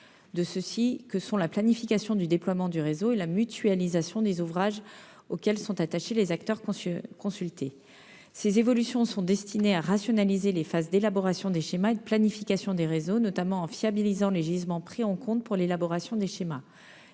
derniers, à savoir la planification du déploiement du réseau et la mutualisation des ouvrages auxquels sont attachés les acteurs consultés. Ces évolutions sont destinées à rationaliser les phases d'élaboration des schémas de planification des réseaux, notamment en fiabilisant les gisements pris en compte pour l'élaboration des schémas.